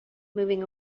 moving